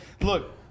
look